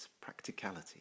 practicality